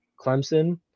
Clemson